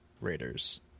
Raiders